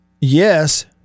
yes